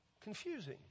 confusing